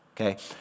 okay